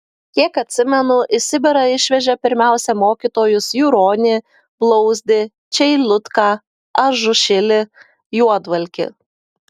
kiek atsimenu į sibirą išvežė pirmiausia mokytojus juronį blauzdį čeilutką ažušilį juodvalkį